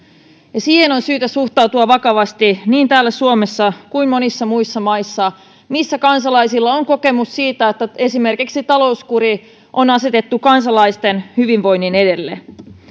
siihen on syytä suhtautua vakavasti niin täällä suomessa kuin monissa muissa maissa missä kansalaisilla on kokemus siitä että esimerkiksi talouskuri on asetettu kansalaisten hyvinvoinnin edelle